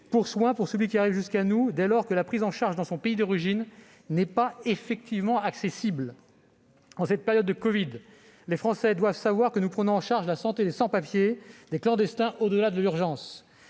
pour soins à celui qui arrive jusqu'à nous dès lors que la prise en charge, dans son pays d'origine, n'est pas effectivement accessible. En cette période de covid, les Français doivent savoir que nous prenons en charge la santé des sans-papiers, des clandestins, au-delà de l'urgence.